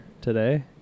today